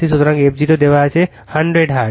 সুতরাং f 0 দেওয়া হল 100 হার্টজ